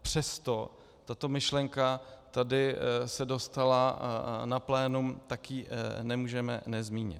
Přesto tato myšlenka tady se dostala na plénum, tak ji nemůžeme nezmínit.